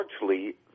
largely